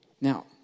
Now